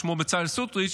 שמו בצלאל סמוטריץ',